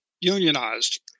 unionized